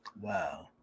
wow